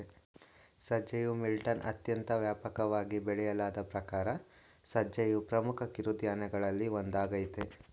ಸಜ್ಜೆಯು ಮಿಲಿಟ್ನ ಅತ್ಯಂತ ವ್ಯಾಪಕವಾಗಿ ಬೆಳೆಯಲಾದ ಪ್ರಕಾರ ಸಜ್ಜೆಯು ಪ್ರಮುಖ ಕಿರುಧಾನ್ಯಗಳಲ್ಲಿ ಒಂದಾಗಯ್ತೆ